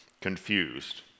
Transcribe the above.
confused